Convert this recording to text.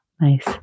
Nice